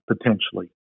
potentially